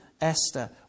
Esther